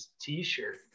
t-shirt